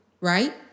right